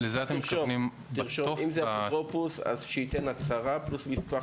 תכתוב, אם זה אפוטרופוס שייתן הצהרה פלוס מסמך